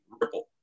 ripple